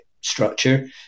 structure